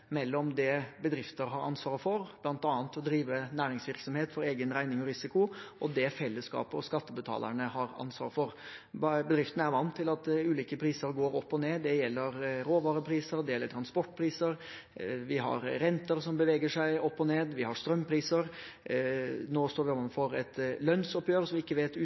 mellom det bedrifter har ansvar for, bl.a. å drive næringsvirksomhet for egen regning og risiko, og det fellesskapet og skattebetalerne har ansvar for. Bedriftene er vant til at ulike priser går opp og ned. Det gjelder råvarepriser, det gjelder transportpriser, det gjelder renter som beveger seg opp og ned, det gjelder strømpriser. Nå står vi overfor et lønnsoppgjør som vi ikke vet